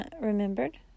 remembered